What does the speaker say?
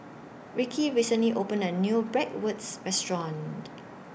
Rickie recently opened A New Bratwurst Restaurant